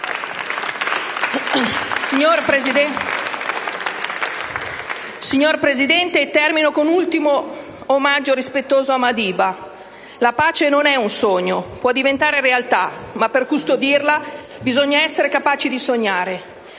Signor Presidente, termino con un ultimo omaggio rispettoso a Madiba: «La pace non è un sogno, può diventare realtà, ma per custodirla bisogna essere capaci di sognare».